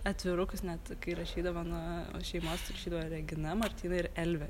atvirukus net kai rašydavo nuo šeimos tai rašydavo regina martyna ir elvė